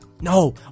no